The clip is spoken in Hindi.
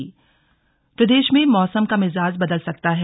स्लग मौसम प्रदेश में मौसम का मिजाज बदल सकता है